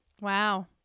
Wow